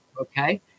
Okay